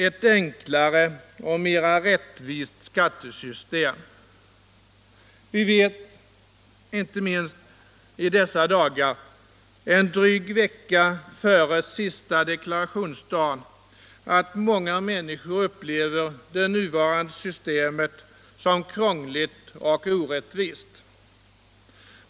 Ett enklare och mera rättvist skattesystem. Vi vet — inte minst i dessa dagar, en dryg vecka före sista deklarationsdagen — att många människor upplever det nuvarande systemet som krångligt och orättvist.